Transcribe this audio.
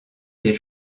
des